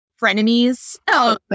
frenemies